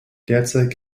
derzeit